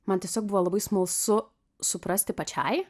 man tiesiog buvo labai smalsu suprasti pačiai